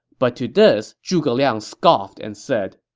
but to this, zhuge liang scoffed and said,